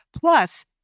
Plus